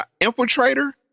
infiltrator